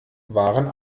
waren